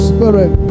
Spirit